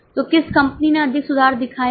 तो किस कंपनी ने अधिक सुधार दिखाया है